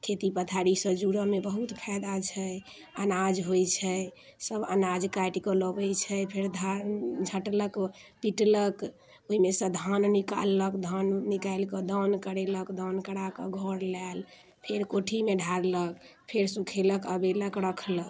खेती पथारीसँ जुड़मे बहुत फैदा छै अनाज होइत छै सभ अनाज काटि कऽ लबैत छै फेर धान झटलक ओ पिटलक ओहिमेसँ धान निकाललक धान निकालि कऽ दौन करेलक दौन कराकऽ घर लायल फेर कोठीमे ढारलक फेर सुखेलक अबेलक रखलक